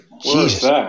Jesus